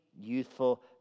youthful